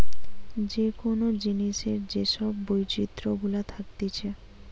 যে কোন জিনিসের যে সব বৈচিত্র গুলা থাকতিছে